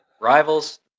Rivals